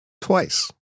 twice